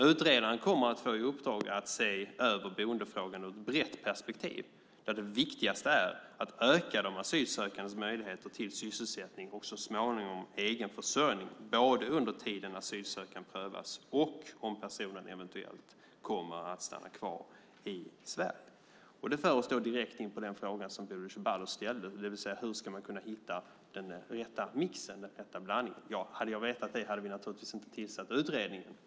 Utredaren kommer att få i uppdrag att se över boendefrågan ur ett brett perspektiv. Det viktigaste är att öka de asylsökandes möjligheter till sysselsättning och så småningom egen försörjning, både under tiden asylansökan prövas och om personen eventuellt kommer att stanna kvar i Sverige. Det för oss då direkt in på den fråga som Bodil Ceballos ställde, nämligen hur man ska hitta den rätta mixen, blandningen. Om jag hade vetat det hade vi naturligtvis inte tillsatt utredningen.